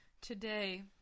Today